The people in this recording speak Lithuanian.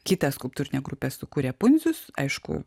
kitą skulptūrinę grupę sukuria pundzius aišku